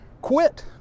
quit